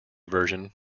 version